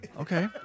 Okay